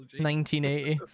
1980